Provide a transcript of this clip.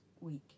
week